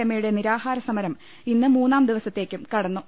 രമ യുടെ നിരാഹാരസമരം ഇന്ന് മൂന്നാംദിവസത്തേക്കും കടന്നു